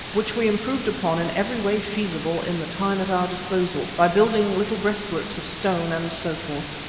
which we improved upon in every way feasible in the time at our disposal, by building little breastworks of stone and so forth.